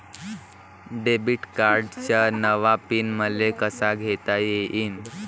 Debit कार्डचा नवा PIN मले कसा घेता येईन?